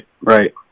right